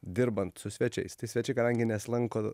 dirbant su svečiais svečiai kadangi nesilanko